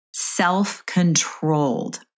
self-controlled